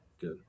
good